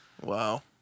Wow